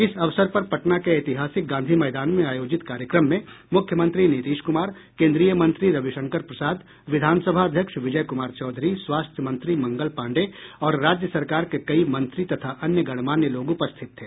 इस अवसर पर पटना के ऐतिहासिक गांधी मैदान में आयोजित कार्यक्रम में मुख्यमंत्री नीतीश क्मार केन्द्रीय मंत्री रविशंकर प्रसाद विधानसभा अध्यक्ष विजय कुमार चौधरी स्वास्थ्य मंत्री मंगल पांडेय और राज्य सरकार के कई मंत्री तथा अन्य गणमान्य लोग उपस्थित थे